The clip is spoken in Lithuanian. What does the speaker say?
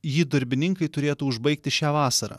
jį darbininkai turėtų užbaigti šią vasarą